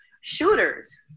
shooters